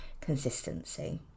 consistency